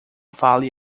fale